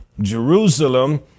Jerusalem